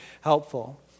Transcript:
helpful